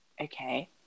okay